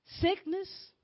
sickness